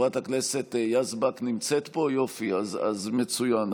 חברת הכנסת יזבק נמצאת פה, אז מצוין.